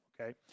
okay